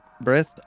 breath